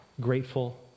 grateful